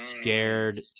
scared